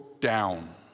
down